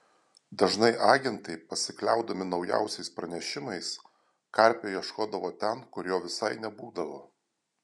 dažnai agentai pasikliaudami naujausiais pranešimais karpio ieškodavo ten kur jo visai nebūdavo